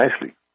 nicely